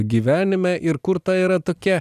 gyvenime ir kur ta yra tokia